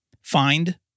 Find